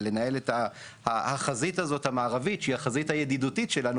זה לנהל את החזית הזו המערבית שהיא החזית הידידותית שלנו,